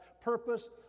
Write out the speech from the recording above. purpose